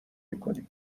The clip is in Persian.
میکنی